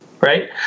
right